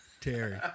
Terry